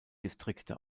distrikte